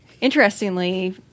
interestingly